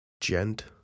gent